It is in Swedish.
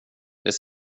det